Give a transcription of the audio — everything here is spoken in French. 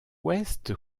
ouest